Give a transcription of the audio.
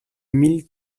mille